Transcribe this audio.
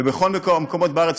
ובכל המקומות בארץ,